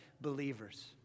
believers